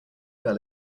girl